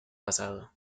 pasado